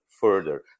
further